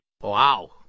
Wow